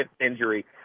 injury